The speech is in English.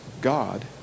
God